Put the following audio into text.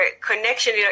connection